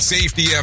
Safety